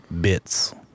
Bits